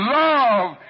love